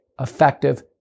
effective